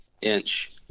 inch